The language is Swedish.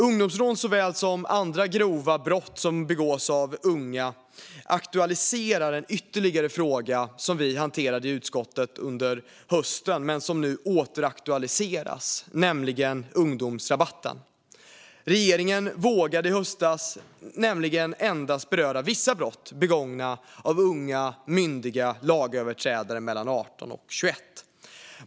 Ungdomsrån såväl som andra grova brott som begås av unga aktualiserar ytterligare en fråga, som vi hanterade i utskottet under hösten, nämligen ungdomsrabatten. Den frågan återaktualiseras nu. Regeringen vågade i höstas nämligen endast beröra vissa brott begångna av unga myndiga lagöverträdare mellan 18 och 21 år.